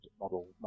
model